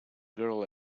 girl